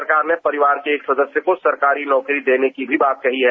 सरकार ने परिवार के एक सदस्य को सरकारी नौकरी देने की भी बात कही है